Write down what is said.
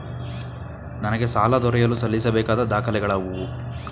ನನಗೆ ಸಾಲ ದೊರೆಯಲು ಸಲ್ಲಿಸಬೇಕಾದ ದಾಖಲೆಗಳಾವವು?